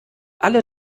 alle